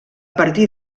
partir